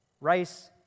Rice